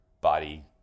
body